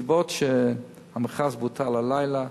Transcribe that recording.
הסיבות לכך שהמכרז בוטל הלילה,